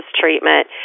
treatment